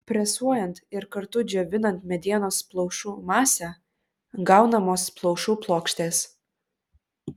presuojant ir kartu džiovinant medienos plaušų masę gaunamos plaušų plokštės